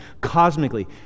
cosmically